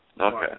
okay